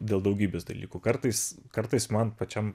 dėl daugybės dalykų kartais kartais man pačiam